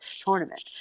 tournament